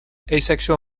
asexual